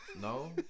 No